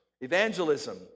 Evangelism